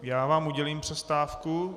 Já vám udělím přestávku.